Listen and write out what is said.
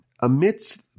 amidst